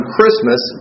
Christmas